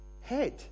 head